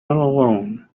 alone